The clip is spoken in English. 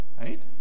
Right